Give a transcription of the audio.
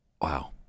Wow